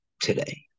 today